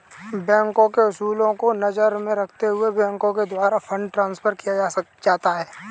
बैंकों के उसूलों को नजर में रखते हुए बैंकों के द्वारा फंड ट्रांस्फर किया जाता है